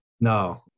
No